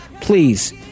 please